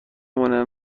مونه